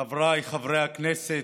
חבריי חברי הכנסת,